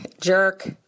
jerk